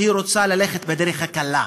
שהיא רוצה ללכת בדרך הקלה,